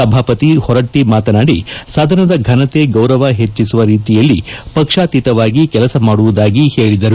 ಸಭಾಪತಿ ಹೊರಟ್ಟಿ ಮಾತನಾಡಿ ಸದನದ ಫನತೆ ಗೌರವ ಹೆಚ್ಚಿಸುವ ರೀತಿಯಲ್ಲಿ ಪಕ್ಷಾತೀತವಾಗಿ ಕೆಲಸ ಮಾಡುವುದಾಗಿ ಹೇಳಿದರು